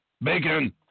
Bacon